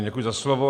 Děkuji za slovo.